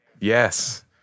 Yes